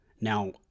Now